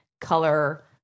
color